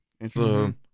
Interesting